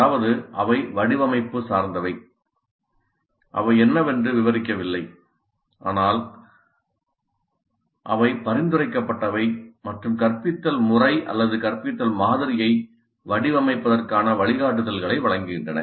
அதாவது அவை வடிவமைப்பு சார்ந்தவை அவை என்னவென்று விவரிக்கவில்லை ஆனால் அவை பரிந்துரைக்கப்பட்டவை மற்றும் கற்பித்தல் முறை அல்லது கற்பித்தல் மாதிரியை வடிவமைப்பதற்கான வழிகாட்டுதல்களை வழங்குகின்றன